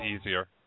easier